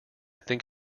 think